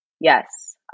Yes